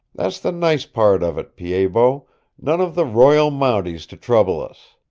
that's the nice part of it, pied-bot none of the royal mounties to trouble us.